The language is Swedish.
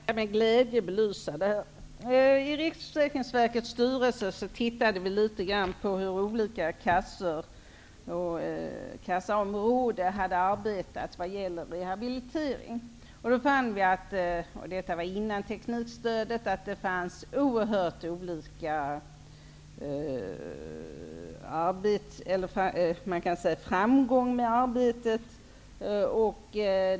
Herr talman! Jag skall med glädje belysa detta. I Riksförsäkringsverkets styrelse tittade vi litet på hur olika kassor och kassaområden hade arbetat när det gäller rehabilitering. Detta var innan teknikstödet kom till. Vi fann då att man haft oerhört olika framgång i arbetet.